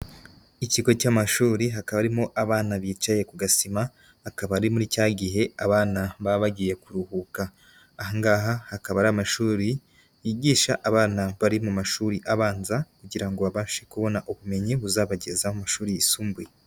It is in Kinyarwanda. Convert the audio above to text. Ikigo cy'amashuri hakaba harimo abana bicaye ku gasima, akaba ari muri cya gihe abana baba bagiye kuruhuka, aha ngaha hakaba ari amashuri yigisha abana bari mu mashuri abanza, kugira babashe kubona ubumenyi buzabageza mu mashuri yisumbuye.